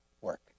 work